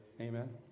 Amen